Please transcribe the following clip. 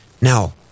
now